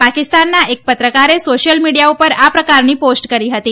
પાકિસ્તાનના એક પત્રકારે સોશિયલ મીડિયા ઉપર આ પ્રકારની પોસ્ટ કરી હતી